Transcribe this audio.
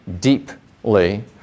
deeply